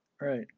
Right